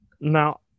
Now